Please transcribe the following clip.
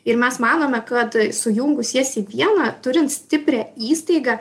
ir mes manome kad sujungus jas į vieną turint stiprią įstaigą